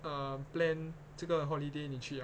um plan 这个 holiday 你去 ah